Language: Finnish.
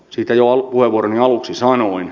siitä jo puheenvuoroni aluksi sanoin